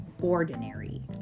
ordinary